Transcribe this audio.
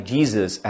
Jesus